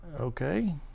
okay